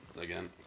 again